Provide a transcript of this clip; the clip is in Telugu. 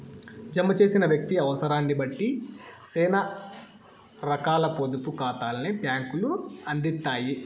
జమ చేసిన వ్యక్తి అవుసరాన్నిబట్టి సేనా రకాల పొదుపు కాతాల్ని బ్యాంకులు అందిత్తాయి